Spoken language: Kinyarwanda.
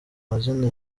mazina